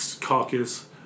caucus